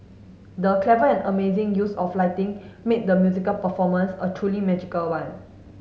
the clever and amazing use of lighting made the musical performance a truly magical one